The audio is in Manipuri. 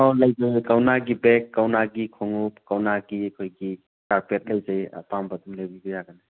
ꯑꯣ ꯂꯩꯖꯩ ꯀꯧꯅꯥꯒꯤ ꯕꯦꯛ ꯀꯧꯅꯥꯒꯤ ꯈꯣꯡꯎꯞ ꯀꯧꯅꯥꯒꯤ ꯑꯩꯈꯣꯏꯒꯤ ꯀꯥꯔꯄꯦꯠ ꯂꯩꯖꯩ ꯑꯄꯥꯝꯕ ꯑꯗꯨꯝ ꯂꯩꯕꯤꯕ ꯌꯥꯒꯅꯤ